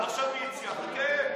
את רוצה, תסכימי.